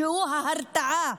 שהוא ההרתעה.